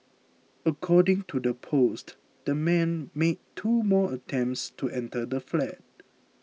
according to the post the man made two more attempts to enter the flat